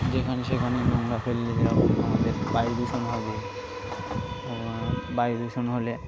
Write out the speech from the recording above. যেখানে সেখানে নোংরা ফেললে যেরকম আমাদের বায়ুদূষণ হবে বায়ুদূষণ হলে